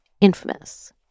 Infamous